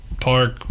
Park